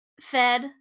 fed